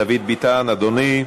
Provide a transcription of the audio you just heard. דוד ביטן, אדוני,